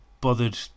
bothered